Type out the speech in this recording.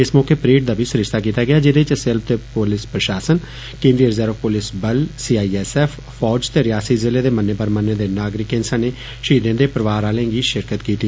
इस मौके परेड दा बी सरिस्ता कीता गेआ जैदे च सिविल ते पुलिस प्रशासन केन्द्रीय रिज़र्व पुलिस बल सी आई एस एफ फौज ते रियासी ज़िले दे मन्ने परमन्ने दे नागरिकें सने शहीदें दे परोआर आह्लें बी शिरकत कीती